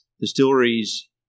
Distilleries